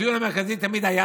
הטיעון המרכזי תמיד היה,